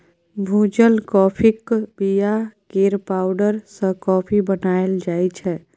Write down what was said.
भुजल काँफीक बीया केर पाउडर सँ कॉफी बनाएल जाइ छै